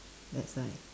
that's right